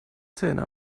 zähne